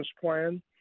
plan